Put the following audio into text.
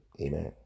Amen